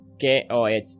KOH